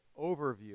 overview